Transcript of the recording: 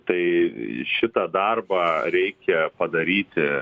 tai šitą darbą reikia padaryti